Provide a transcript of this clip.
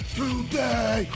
today